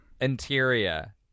Interior